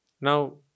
Now